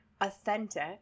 authentic